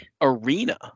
arena